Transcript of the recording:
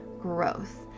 growth